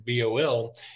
BOL